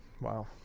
wow